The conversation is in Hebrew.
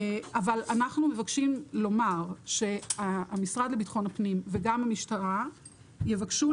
אנחנו מבקשים לומר שהמשרד לביטחון פנים וגם המשטרה יבקשו